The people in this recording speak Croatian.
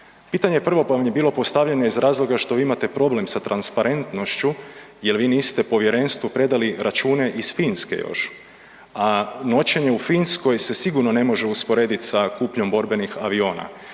Pitanje prvo vam je bilo postavljeno iz razloga što vi imate problem sa transparentnošću jer vi niste povjerenstvu predali račune iz Finske još, a noćenje u Finskoj se sigurno ne može usporediti sa kupnjom borbenih aviona